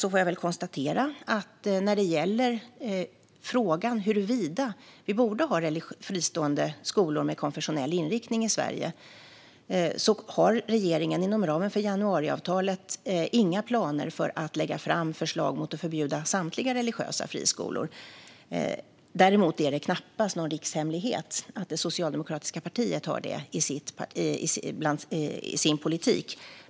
Jag får konstatera att när det gäller frågan huruvida det borde finnas fristående skolor med konfessionell inriktning i Sverige har regeringen inom ramen för januariavtalet inga planer på att lägga fram förslag om att förbjuda samtliga religiösa friskolor. Däremot är det knappast någon rikshemlighet att det socialdemokratiska partiet har det förslaget i sin politik.